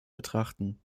betrachten